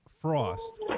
Frost